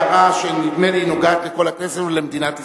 הערה שנדמה לי שהיא נוגעת לכל הכנסת ולמדינת ישראל.